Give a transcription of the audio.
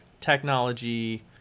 technology